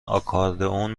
آکاردئون